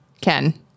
Ken